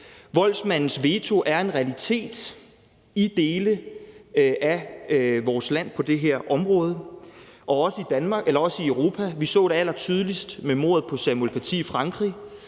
område er en realitet i dele af vores land, og det er den også i Europa. Vi så det allertydeligst i Frankrig med mordet på Samuel Paty og